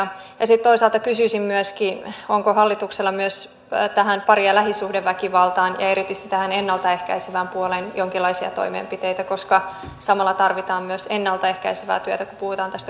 ja sitten toisaalta kysyisin myöskin onko hallituksella myös tähän pari ja lähisuhdeväkivaltaan ja erityisesti tähän ennalta ehkäisevään puoleen jonkinlaisia toimenpiteitä koska samalla tarvitaan myös ennalta ehkäisevää työtä kun puhutaan tästä korjaavasta työstä